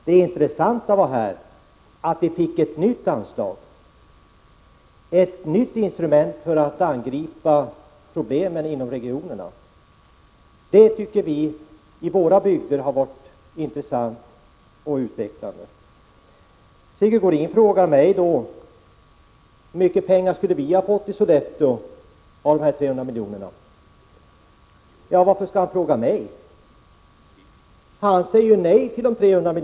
Det intressanta var här att vi skulle få ett nytt anslag, ett nytt instrument för att angripa problemen inom regionerna, och det tycker vi i våra bygder skulle vara intressant och utvecklande. Sigge Godin frågade mig: Hur mycket skulle vi ha fått i Sollefteå av de 300 105 miljonerna? Varför skall han fråga mig? Han säger ju nej till pengarna.